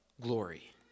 glory